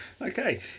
Okay